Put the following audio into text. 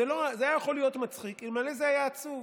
זה היה יכול להיות מצחיק אלמלא זה היה עצוב.